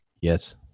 Yes